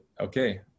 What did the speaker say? okay